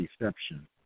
deception